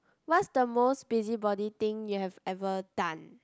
what's the most busybody thing you have ever done